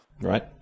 Right